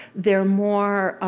they're more